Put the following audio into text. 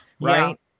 right